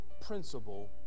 principle